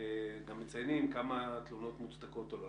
גם מציינים כמה תלונות מוצדקות או לא.